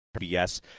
Yes